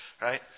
right